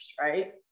right